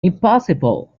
impossible